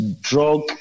drug